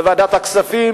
בוועדת הכספים,